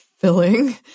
filling